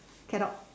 cadog